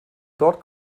dort